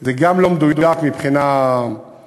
זה גם לא מדויק מבחינה עובדתית,